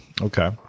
Okay